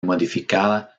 modificada